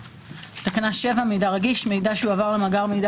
תקנה 7: מידע רגיש7.מידע שהועבר למאגר מידע